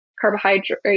carbohydrate